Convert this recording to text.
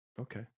Okay